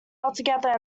altogether